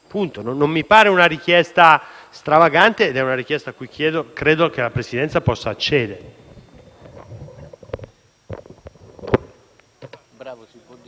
Non mi pare una richiesta stravagante. Ed è una richiesta alla quale credo che la Presidenza possa accedere.